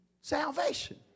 salvation